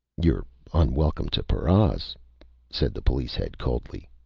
you're unwelcome to paras, said the police head coldly.